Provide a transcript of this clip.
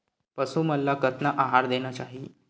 पशु मन ला कतना आहार देना चाही?